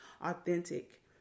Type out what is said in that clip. authentic